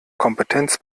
kompetenz